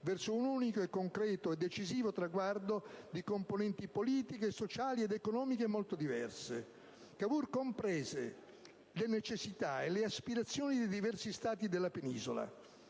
verso un unico, concreto e decisivo traguardo di componenti politiche, sociali ed economiche molto diverse. Cavour comprese le necessità e le aspirazioni dei diversi Stati della Penisola,